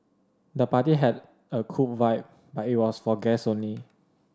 the party had a cool vibe but it was for guests only